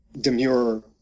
demure